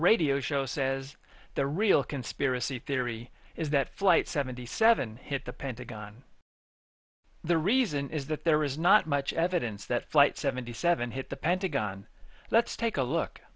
radio show says the real conspiracy theory is that flight seventy seven hit the pentagon the reason is that there was not much evidence that flight seventy seven hit the pentagon let's take a look